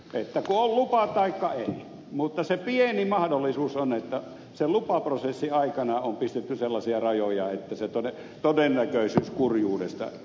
kun on lupa taikka ei se pieni mahdollisuus on että sen lupaprosessin aikana on pistetty sellaisia rajoja että se todennäköisyys kurjuudesta